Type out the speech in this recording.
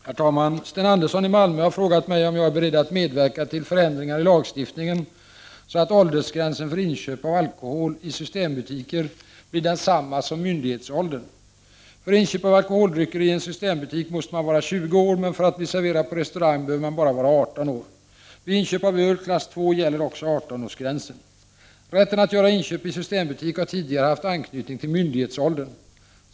Herr talman! Sten Andersson i Malmö har frågat mig om jag är befedd att medverka till förändringar i lagstiftningen så att åldersgränsen för inköp av alkohol i systembutiker blir densamma som myndighetsåldern. För inköp av alkoholdrycker i en systembutik måste man vara 20 år, men för att bli serverad på restaurang behöver man bara vara 18 år. Vid inköp av öl, klass II, gäller också 18-årsgränsen. Rätten att göra inköp i systembutik har tidigare haft anknytning till myndighetsåldern.